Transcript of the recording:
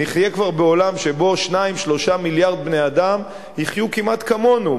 נחיה כבר בעולם שבו 2 3 מיליארד בני-אדם יחיו כמעט כמונו.